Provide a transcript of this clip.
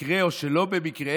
במקרה או שלא במקרה,